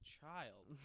child